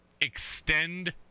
extend